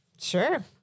Sure